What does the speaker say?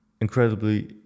incredibly